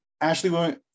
Ashley